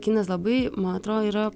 kinas labai man atrodo yra